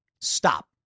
Stop